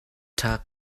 tuck